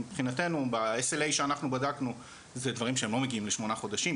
מבחינתנו ב-SLA שאנחנו בדקנו זה דברים שהם לא מגיעים לשמונה חודשים,